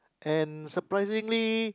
and surprisingly